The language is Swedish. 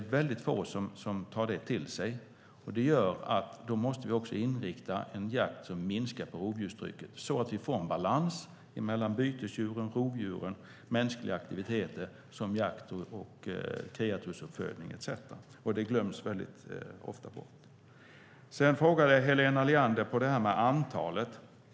Vi måste därför inrikta oss på en jakt som minskar rovdjurstrycket så att vi får balans mellan bytesdjur och rovdjur och mänskliga aktiviteter som jakt och kreatursuppfödning. Det glöms ofta bort. Helena Leander ställde en fråga om antalet.